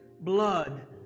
blood